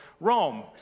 Rome